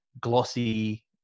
glossy